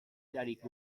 erarik